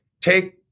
Take